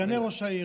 סגני ראש העיר,